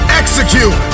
execute